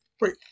Wait